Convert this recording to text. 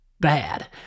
Bad